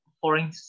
foreign